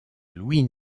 louis